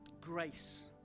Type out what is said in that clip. grace